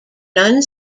none